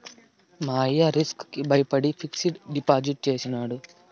మా అయ్య రిస్క్ కి బయపడి ఫిక్సిడ్ డిపాజిట్ చేసినాడు